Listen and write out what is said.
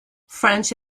french